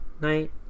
night